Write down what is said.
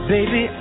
Baby